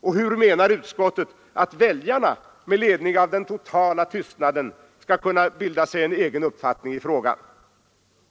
och hur menar utskottet att väljarna med ledning av den totala tystnaden skall kunna bilda sig en egen uppfattning i frågan?